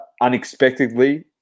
unexpectedly